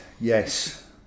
yes